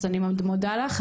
אז אני מאוד מודה לך,